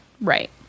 Right